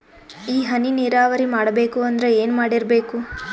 ಈ ಹನಿ ನೀರಾವರಿ ಮಾಡಬೇಕು ಅಂದ್ರ ಏನ್ ಮಾಡಿರಬೇಕು?